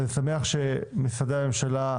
אני שמח שמשרדי הממשלה,